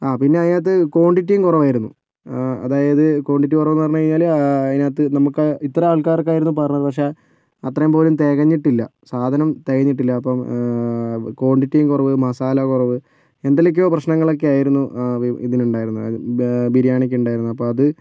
ആ പിന്നെ അതിനകത്ത് ക്വാണ്ടിറ്റിയും കുറവായിരുന്നു അതായത് ക്വാണ്ടിറ്റി കുറവെന്ന് പറഞ്ഞ് കഴിഞ്ഞാല് അതിനകത്ത് നമുക്ക് ഇത്ര ആൾക്കാർക്കായിരുന്നു പറഞ്ഞത് പക്ഷെ അത്രയും പോലും തികഞ്ഞിട്ടില്ല സാധനം തികഞ്ഞിട്ടില്ല അപ്പം ക്വാണ്ടിറ്റിയും കുറവ് മസാല കുറവ് എന്തിലൊക്കെയോ പ്രേശ്നങ്ങളൊക്കെ ആയിരുന്നു ഇതിനു ഉണ്ടായിരുന്നത് ബിരിയാണിക്ക് ഉണ്ടായിരുന്നത് അപ്പം അത്